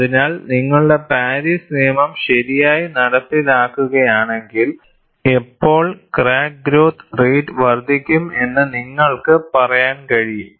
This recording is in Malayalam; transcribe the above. അതിനാൽ നിങ്ങളുടെ പാരീസ് നിയമം ശരിയായി നടപ്പിലാക്കുകയാണെങ്കിൽ എപ്പോൾ ക്രാക്ക് ഗ്രോത്ത് റേറ്റ് വർദ്ധിക്കും എന്ന് നിങ്ങൾക്ക് പറയാൻ കഴിയും